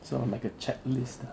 sort of like a checklist